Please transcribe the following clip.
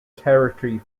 territory